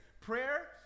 Prayer